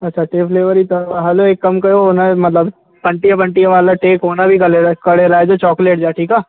अछा टे फ़्लेवर ई अथव हलो हिकु कमु कयो हुन में मतिलबु पंटीह पंटीह वाला टे कोन बि कले करे लाहिजो चॉकलेट जा ठीकु आहे